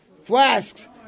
flasks